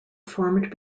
formed